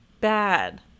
bad